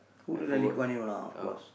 who don't like Lee Kuan Yew lah of course